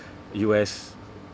U_S